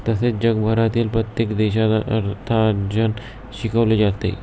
तसेच जगभरातील प्रत्येक देशात अर्थार्जन शिकवले जाते